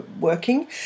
working